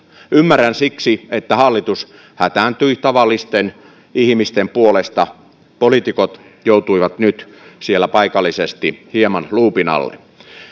ymmärrän siksi että hallitus hätääntyi tavallisten ihmisten puolesta poliitikot joutuivat nyt siellä paikallisesti hieman luupin alle